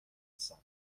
رقصن